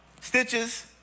stitches